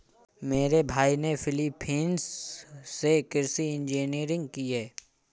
मेरे भाई ने फिलीपींस से कृषि इंजीनियरिंग की है